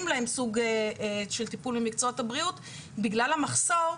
להם סוג של טיפול במקצועות הבריאות בגלל המחסור,